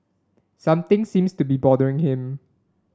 something seems to be bothering him